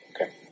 Okay